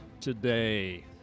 today